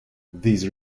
this